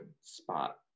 spot